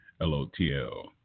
L-O-T-L